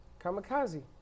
Kamikaze